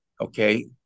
Okay